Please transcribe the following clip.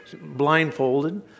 blindfolded